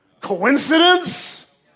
Coincidence